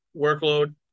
workload